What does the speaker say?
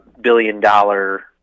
billion-dollar